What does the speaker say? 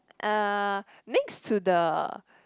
uh next to the